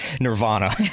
Nirvana